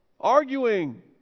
arguing